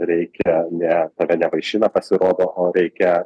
reikia ne tave nevaišina pasirodo o reikia